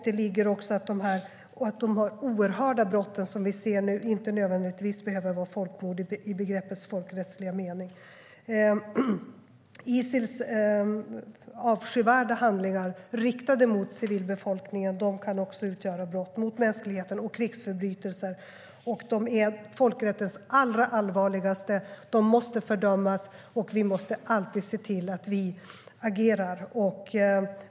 De oerhörda brott som vi nu ser behöver inte nödvändigtvis vara folkmord i begreppets folkrättsliga mening. Isils avskyvärda handlingar, riktade mot civilbefolkningen, kan också utgöra brott mot mänskligheten och krigsförbrytelser. De är de allra allvarligaste brotten mot folkrätten och måste fördömas. Vi måste alltid se till att vi agerar.